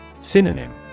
Synonym